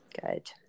good